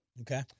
Okay